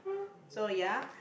so ya